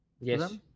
Yes